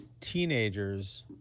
teenagers